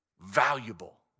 valuable